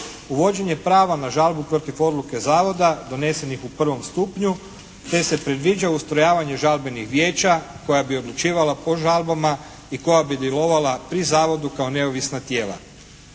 Uvođenje prava na žalbu protiv odluke zavoda donesenih u prvom stupnju te se predviđa ustrojavanje žalbenih vijeća koja bi odlučivala po žalbama i koja bi djelovala pri Zavodu kao neovisna tijela.